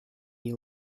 you